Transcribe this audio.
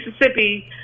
Mississippi